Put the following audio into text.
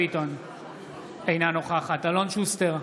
אינה נוכחת אלון שוסטר,